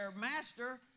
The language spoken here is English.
master